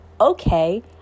okay